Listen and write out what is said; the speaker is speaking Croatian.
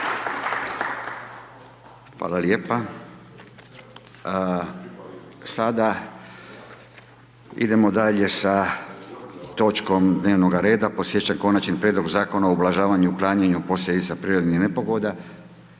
Hvala lijepo. Sada idemo dalje sa točkom dnevnoga reda, podsjećam, Konačni prijedlog Zakonima o ublažavanju i otklanjanju posljedica prirodnih nepogoda,